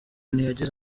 ntiyagize